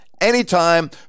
anytime